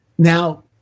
Now